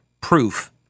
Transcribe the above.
proof